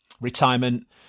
retirement